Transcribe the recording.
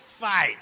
fight